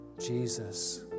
Jesus